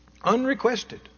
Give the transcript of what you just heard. unrequested